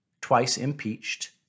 twice-impeached